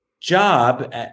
job